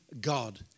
God